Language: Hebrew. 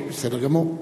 בסדר גמור.